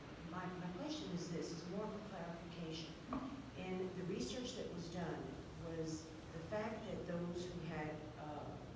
my my question is this, is more for clarification in the research that was done, was the fact that those who had, um,